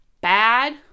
bad